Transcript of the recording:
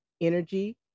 energy